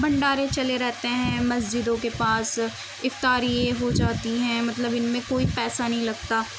بھنڈارے چلے رہتے ہیں مسجدوں کے پاس افطاری ہو جاتی ہیں مطلب ان میں کوئی پیسہ نہیں لگتا